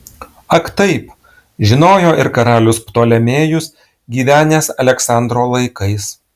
ak taip žinojo ir karalius ptolemėjus gyvenęs aleksandro laikais